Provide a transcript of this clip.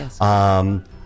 Yes